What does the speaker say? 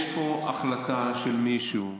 יש פה החלטה של מישהו,